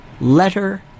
letter